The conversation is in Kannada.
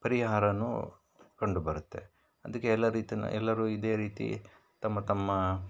ಪರಿಹಾರವೂ ಕಂಡುಬರುತ್ತೆ ಅದಕ್ಕೆ ಎಲ್ಲ ರೀತಿಯೂ ಎಲ್ಲರೂ ಇದೆ ರೀತಿ ತಮ್ಮ ತಮ್ಮ